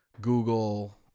Google